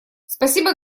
спасибо